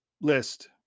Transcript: list